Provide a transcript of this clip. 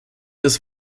des